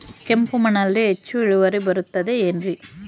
ಕೆಂಪು ಮಣ್ಣಲ್ಲಿ ಹೆಚ್ಚು ಇಳುವರಿ ಬರುತ್ತದೆ ಏನ್ರಿ?